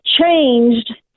changed